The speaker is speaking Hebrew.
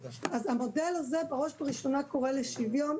אז המודל הזה בראש ובראשונה קורא לשוויון,